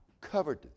covered